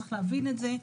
צריך להבין את זה.